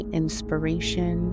inspiration